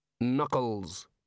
Knuckles